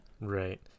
Right